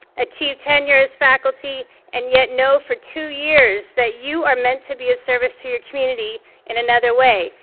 achieve tenure as faculty and yet know for two years that you are meant to be a service to your community in another way,